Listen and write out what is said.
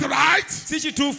right